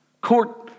court